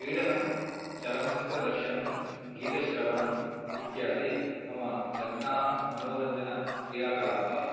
क्रीडनं चलनचित्रदर्शनं गीतश्रवणम् इत्यादि मम लग्नाः मनोरञ्जनक्रियाकलापाः